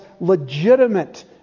legitimate